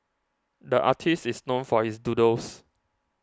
the artist is known for his doodles